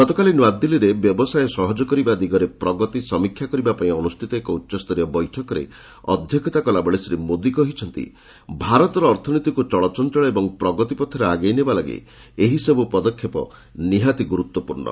ଗତକାଲି ନୂଆଦିଲ୍ଲୀରେ ବ୍ୟବସାୟ ସହଜ କରିବା ଦିଗରେ ପ୍ରଗତି ସମୀକ୍ଷା କରିବା ପାଇଁ ଅନୁଷ୍ଠିତ ଏକ ଉଚ୍ଚସ୍ତରୀୟ ବୈଠକରେ ଅଧ୍ୟକ୍ଷତା କଲାବେଳେ ଶ୍ରୀ ମୋଦି କହିଛନ୍ତି ଭାରତର ଅର୍ଥନୀତିକୁ ଚଳଚଞ୍ଚଳ ଓ ପ୍ରଗତି ପଥରେ ଆଗେଇ ନେବାଲାଗି ଏହିସବୁ ପଦକ୍ଷେପ ନିହାତି ଗୁରୁତ୍ୱପୂର୍ଣ୍ଣ